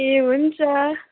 ए हुन्छ